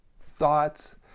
thoughts